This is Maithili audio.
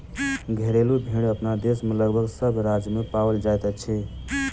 घरेलू भेंड़ अपना देश मे लगभग सभ राज्य मे पाओल जाइत अछि